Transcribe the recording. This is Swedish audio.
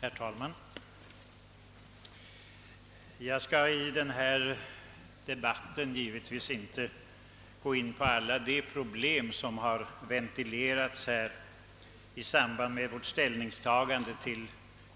Herr talman! Jag skall inte i denna debatt gå in på alla de problem som ventileras i samband med vårt ställningstagande till